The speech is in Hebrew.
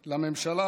לממשלה,